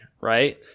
Right